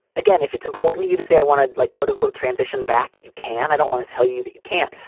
again, if it's important to you to say i want to like, quote unquote, transition back, you can i don't want to tell you that you can't,